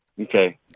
Okay